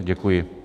Děkuji.